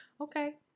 Okay